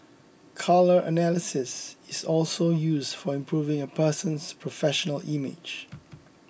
colour analysis is also use for improving a person's professional image